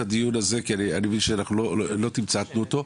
הדיון הזה כי אני מבין שלא תמצתנו אותו.